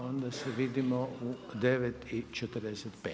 Onda se vidimo u 9,45.